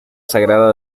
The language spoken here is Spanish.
sagrada